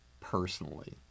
personally